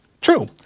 true